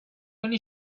only